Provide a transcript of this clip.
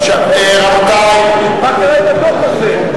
מה קרה עם הדוח הזה?